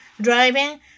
driving